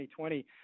2020